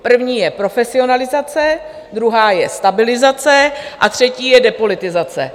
První je profesionalizace, druhá je stabilizace a třetí je depolitizace.